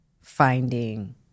finding